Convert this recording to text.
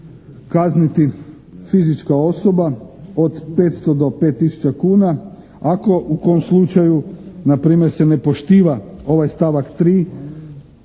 kazniti fizička osoba od 500 do 5 tisuća kuna ako u kom slučaju npr. se ne poštiva ovaj stavak 3.,